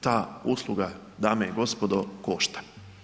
Ta usluga dame i gospodo košta.